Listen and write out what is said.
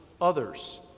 others